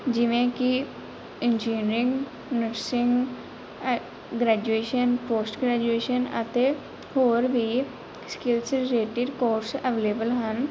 ਜਿਵੇਂ ਕਿ engineering nursing graduation post graduation ਅਤੇ ਹੋਰ ਵੀ ਸਕਿੱਲਜ਼ ਰਿਲੇਟਿਡ ਕੋਰਸ ਅਵੇਲੇਬਲ ਹਨ